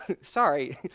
Sorry